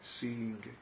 seeing